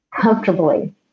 comfortably